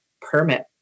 permit